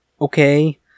Okay